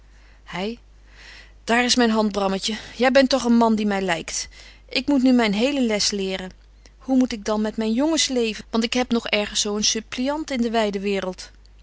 hy daar is myn hand brammetje jy bent toch een man die my lykt ik moet nu myn hele les leren hoe moet ik dan met myn jongens leven want ik heb nog ergens zo een suppliant in de wyde waereld